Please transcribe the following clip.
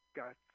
got